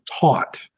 taught